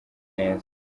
neza